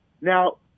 Now